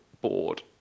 bored